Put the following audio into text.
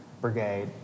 brigade